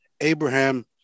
abraham